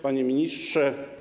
Panie Ministrze!